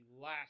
last